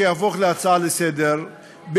שיהפוך להצעה לסדר-היום,